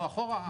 לא אחורה.